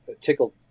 tickled